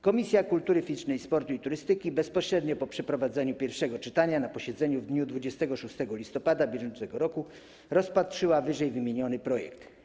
Komisja Kultury Fizycznej, Sportu i Turystyki bezpośrednio po przeprowadzeniu pierwszego czytania na posiedzeniu w dniu 26 listopada br. rozpatrzyła wyżej wymieniony projekt.